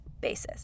basis